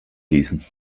gießen